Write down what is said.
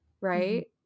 right